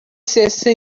scese